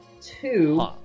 Two